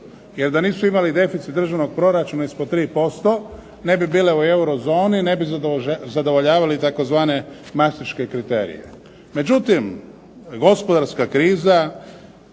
jer da nisu imali deficit državnog proračuna ispod 3% ne bi bile u eurozoni, ne bi zadovoljavali tzv. mastriške kriterije.